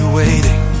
waiting